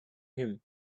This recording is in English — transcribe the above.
him